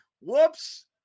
whoops